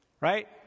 right